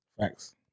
thanks